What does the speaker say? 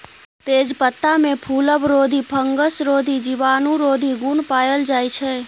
तेजपत्तामे फुलबरोधी, फंगसरोधी, जीवाणुरोधी गुण पाएल जाइ छै